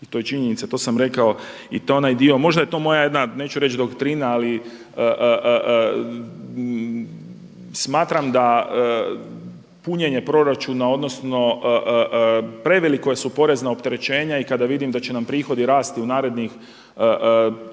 i to je činjenica, to sam rekao i to je onaj dio, možda je to moja jedna neću reći doktrina ali smatram da punjenje proračuna odnosno prevelika su porezna opterećenja i kada vidim da će nam prihodi rasti u narednih 3